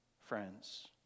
friends